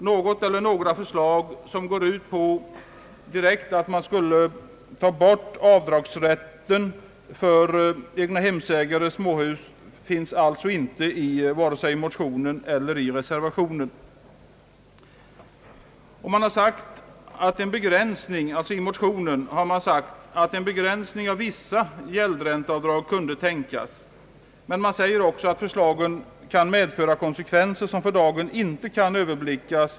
Något förslag som direkt går ut på att man skall ta bort avdragsrätten för egnahemsoch småhusägare finns således inte vare sig i motionerna eller i reservationen. I den ena motionen står att en begränsning av vissa gäldränteavdrag kunde tänkas, men det står också att förslagen skulle medföra konsekvenser som för dagen inte kan överblickas.